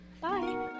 Bye